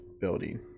building